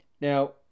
now